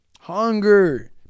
hunger